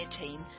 team